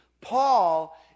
Paul